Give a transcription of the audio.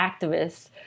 activists